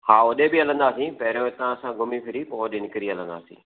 हा होॾे बि हलंदासीं पहिरियों हितां असां घुमी फिरी पोइ होॾे निकरी हलंदासीं